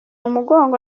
umugongo